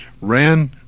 Ran